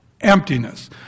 emptiness